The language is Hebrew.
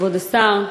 כבוד השר,